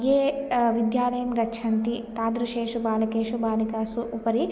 ये विद्यालयं गच्छन्ति तादृशेषु बालकेषु बालिकासु उपरि